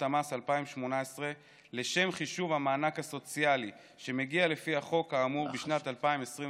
המס 2018 לשם חישוב המענק הסוציאלי שמגיע לפי החוק האמור בשנת 2021,